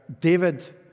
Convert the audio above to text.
David